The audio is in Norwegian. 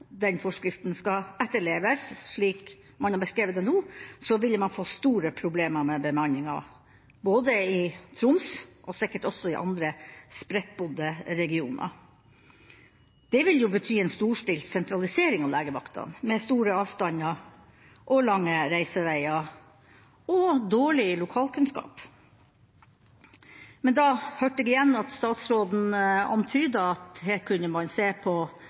den forskriften skal etterleves slik man har beskrevet det nå, vil man få store problemer med bemanninga både i Troms og sikkert også i andre spredtbodde regioner. Det vil jo bety en storstilt sentralisering av legevaktene, med store avstander, lange reiseveier og dårlig lokalkunnskap. Men da hørte jeg igjen at statsråden antydet at her kunne man se på